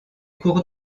cours